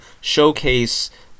showcase